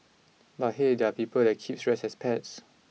but hey there are people that keeps rats as pets